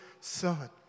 Son